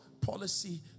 policy